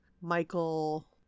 Michael